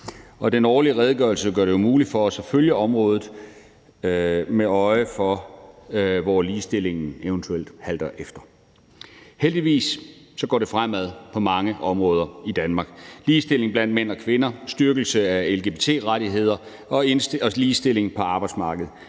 Den årlige redegørelse gør det jo muligt for os at følge området, med øje for hvor ligestillingen eventuelt halter efter. Heldigvis går det fremad på mange områder i Danmark: ligestilling blandt mænd og kvinder, styrkelse af lgbt-rettigheder og ligestilling på arbejdsmarkedet.